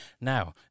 Now